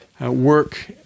work